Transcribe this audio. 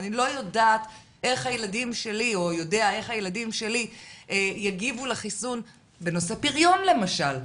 ואנחנו לא יודעים איך הילדים שלנו יגיבו לחיסון בנושא פריון למשל,